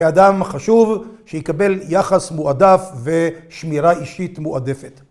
כאדם חשוב שיקבל יחס מועדף ושמירה אישית מועדפת.